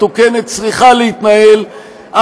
את ילדיו לראות בהם גיבורים,